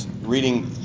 reading